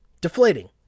deflating